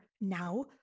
now